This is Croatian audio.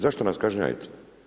Zašto nas kažnjavate?